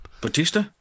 Batista